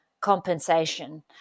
compensation